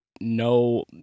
no